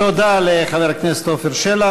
תודה לחבר הכנסת עפר שלח.